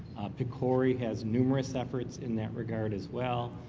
pcori has numerous efforts in that regard as well.